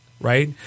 right